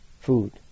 food